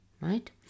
right